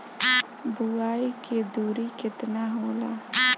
बुआई के दूरी केतना होला?